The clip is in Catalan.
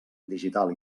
digital